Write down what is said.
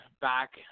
back